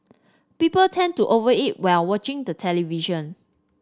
people tend to over eat while watching the television